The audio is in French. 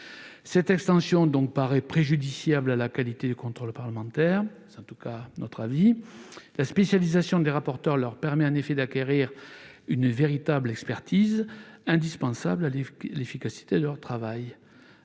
Cette extension paraît préjudiciable à la qualité du contrôle parlementaire. La spécialisation des rapporteurs leur permet en effet d'acquérir une véritable expertise, indispensable à l'efficacité de leur travail.